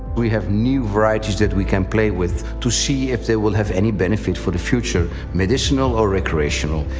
we have new varieties that we can play with to see if they will have any benefit for the future medicinal or recreational.